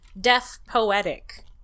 deaf-poetic